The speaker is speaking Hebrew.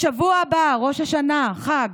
בשבוע הבא ראש השנה, חג,